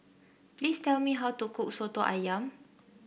please tell me how to cook soto ayam